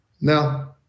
now